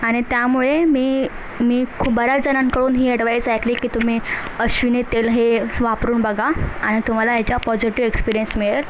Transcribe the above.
आणि त्यामुळे मी मी खूप बऱ्याच जणांकडून ही ॲडवाइस ऐकली की तुम्ही अश्विनी तेल हे स् वापरून बघा आणि तुम्हाला याचा पॉझिटिव एक्सपीरियन्स मिळेल